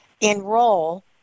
enroll